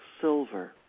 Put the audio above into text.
silver